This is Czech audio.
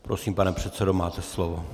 Prosím, pane předsedo, máte slovo.